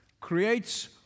creates